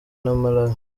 malawi